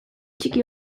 txiki